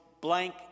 blank